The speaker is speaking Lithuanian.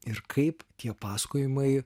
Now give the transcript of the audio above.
ir kaip tie pasakojimai